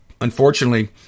Unfortunately